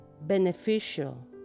beneficial